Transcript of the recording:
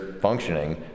functioning